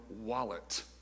wallet